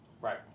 Right